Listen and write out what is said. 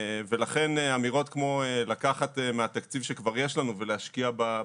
וכן לומר שעוד לפני שקמה התוכנית הלאומית הוצגה בוועדה לדעתי,